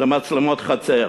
למצלמות חצר,